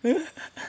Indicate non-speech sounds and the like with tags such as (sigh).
(laughs)